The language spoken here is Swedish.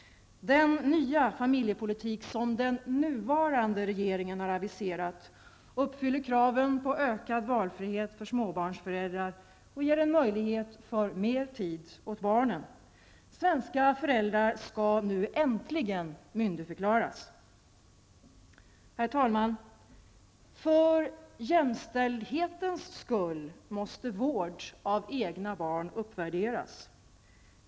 Den nya familjepolitik som den nuvarande regeringen har aviserat uppfyller kraven på ökad valfrihet för småbarnsföräldrar och ger en möjlighet för mer tid åt barnen. Svenska föräldrar skall nu äntligen myndigförklaras! Herr talman! För jämställdhetens skull måste vård av egna barn uppvärderas.